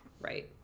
Right